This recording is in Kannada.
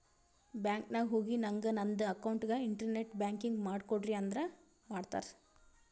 ಬ್ಯಾಂಕ್ ನಾಗ್ ಹೋಗಿ ನಂಗ್ ನಂದ ಅಕೌಂಟ್ಗ ಇಂಟರ್ನೆಟ್ ಬ್ಯಾಂಕಿಂಗ್ ಮಾಡ್ ಕೊಡ್ರಿ ಅಂದುರ್ ಮಾಡ್ತಾರ್